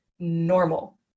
normal